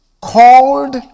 called